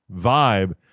vibe